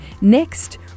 next